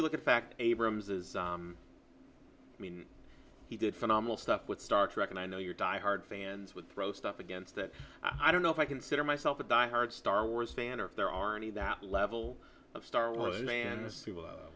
you look at fact abrams is i mean he did phenomenal stuff with star trek and i know your die hard fans would throw stuff against that i don't know if i consider myself a die hard star wars fan or there are any that level of star wars man